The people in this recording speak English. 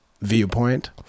viewpoint